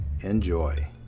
Enjoy